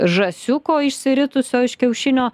žąsiuko išsiritusio iš kiaušinio